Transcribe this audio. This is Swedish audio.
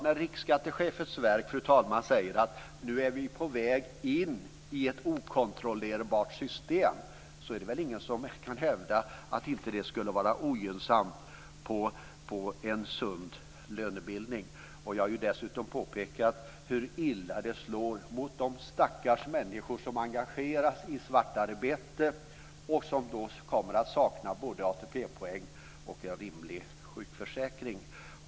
När Riksskatteverkets chef säger att vi är på väg in i ett okontrollerbart system kan ingen hävda att det inte skulle vara ogynnsamt på en sund lönebildning. Jag har dessutom påpekat hur illa det slår mot de stackars människor som engagerats i svartarbete och som kommer att sakna ATP-poäng och en rimlig sjukförsäkring.